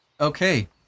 Okay